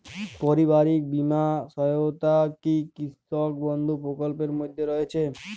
পারিবারিক বীমা সহায়তা কি কৃষক বন্ধু প্রকল্পের মধ্যে রয়েছে?